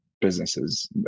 businesses